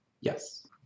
Yes